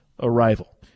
arrival